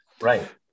right